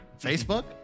Facebook